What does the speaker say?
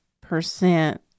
percent